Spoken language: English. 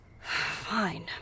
Fine